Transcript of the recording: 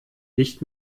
nicht